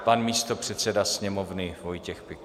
Pan místopředseda Sněmovny Vojtěch Pikal.